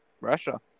Russia